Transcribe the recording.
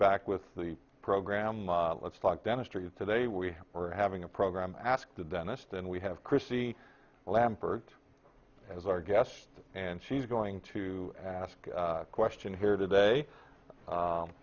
back with the program let's talk dentistry today we were having a program ask the dentist and we have chrissy lampert as our guest and she's going to ask a question here today